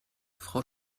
frau